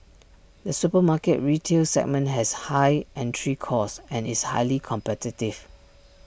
the supermarket retail segment has high entry costs and is highly competitive